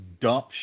dump